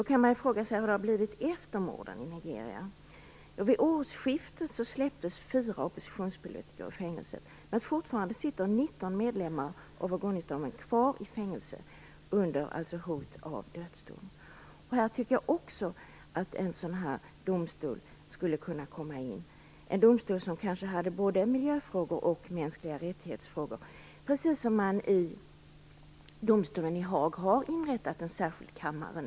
Då kan man fråga sig hur det har blivit efter morden i Nigeria. Vid årsskiftet släpptes fyra oppositionspolitiker ur fängelset, men fortfarande sitter 19 medlemmar av ogonistammen kvar i fängelse under hot om dödsdom. Här tycker jag också att en sådan här domstol skulle kunna komma in - en domstol som kanske hade hand om både miljöfrågor och frågor om mänskliga rättigheter, precis som man i domstolen i Haag nu har inrättat en särskild kammare.